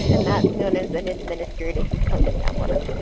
and that's known as an administrative employment network.